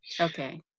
Okay